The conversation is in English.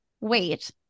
wait